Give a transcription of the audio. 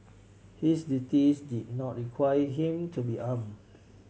his duties did not require him to be arm